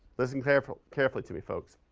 listen carefully carefully to me, folks,